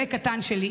עלה קטן שלי,